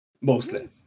mostly